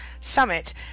Summit